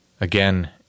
Again